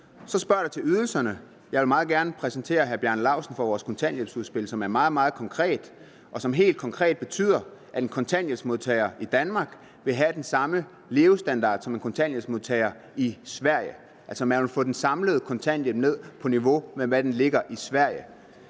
Så spørges der til ydelserne. Jeg vil meget gerne præsentere hr. Bjarne Laustsen for vores kontanthjælpsudspil, som er meget, meget konkret, og som betyder, at en kontanthjælpsmodtager i Danmark vil have den samme levestandard som en kontanthjælpsmodtager i Sverige. Man ville altså få den samlede kontanthjælp ned på niveau med det, den ligger på i Sverige.